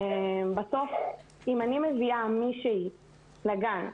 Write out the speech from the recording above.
בסוף אם אני מביאה מישהי לגן,